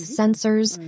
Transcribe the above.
sensors